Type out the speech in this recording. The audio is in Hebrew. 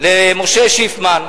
משה שיפמן,